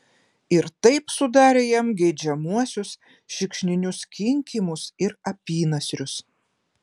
ir taip sudarė jam geidžiamuosius šikšninius kinkymus ir apynasrius